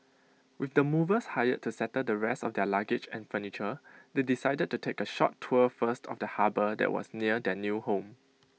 with the movers hired to settle the rest of their luggage and furniture they decided to take A short tour first of the harbour that was near their new home